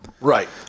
Right